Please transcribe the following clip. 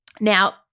Now